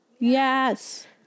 Yes